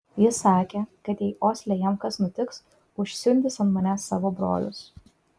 jis sakė kad jei osle jam kas nutiks užsiundys ant manęs savo brolius